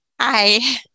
Hi